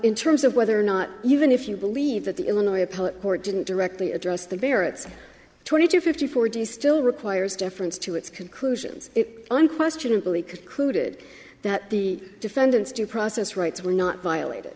in terms of whether or not even if you believe that the illinois appellate court didn't directly address the barretts twenty two fifty four days still requires deference to its conclusions it unquestionably concluded that the defendant's due process rights were not violated